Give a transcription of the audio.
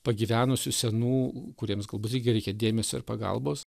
pagyvenusių senų kuriems galbūt irgi reikia dėmesio ir pagalbos